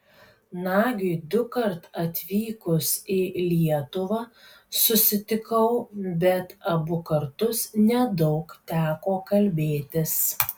nagiui dukart atvykus į lietuvą susitikau bet abu kartus nedaug teko kalbėtis